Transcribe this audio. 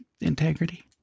integrity